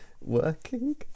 working